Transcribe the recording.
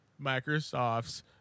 microsoft's